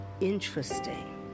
interesting